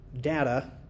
data